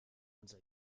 unser